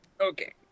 Okay